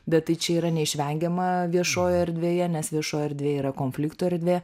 bet tai čia yra neišvengiama viešoje erdvėje nes viešoji erdvė yra konflikto erdvė